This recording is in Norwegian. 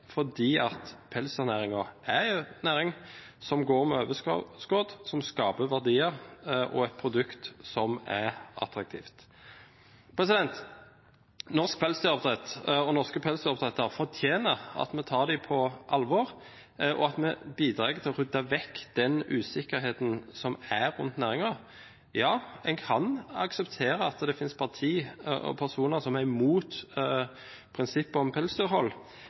fordi pelsdyrnæringen er en næring som går med overskudd, og som skaper verdier og et produkt som er attraktivt. Norsk pelsdyroppdrett og norske pelsdyroppdrettere fortjener at vi tar dem på alvor, og at vi bidrar til å rydde vekk den usikkerheten som er rundt næringen. Ja, en kan akseptere at det finnes parti og personer som er mot prinsippet om pelsdyrhold,